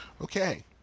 Okay